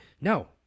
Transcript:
No